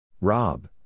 Rob